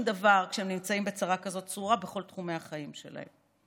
דבר כשהם נמצאים בצרה כזאת צרורה בכל תחומי החיים שלהם.